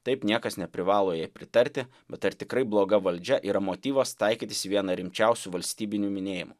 taip niekas neprivalo jai pritarti bet ar tikrai bloga valdžia yra motyvas taikytis į vieną rimčiausių valstybinių minėjimų